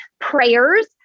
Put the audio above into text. prayers